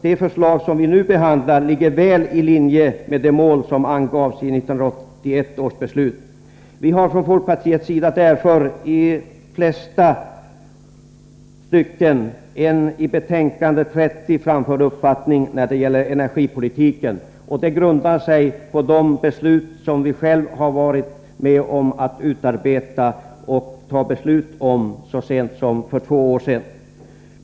De förslag som vi i dag behandlar ligger väl i linje med de mål som angavs i 1981 års beslut. Vi har från folkpartiets sida därför i de flesta stycken en uppfattning som väl kommer fram i betänkande 30 när det gäller energipolitiken. Det hela grundar sig på de beslut som vi själva har varit med om att utarbeta och fatta så sent som för två år sedan.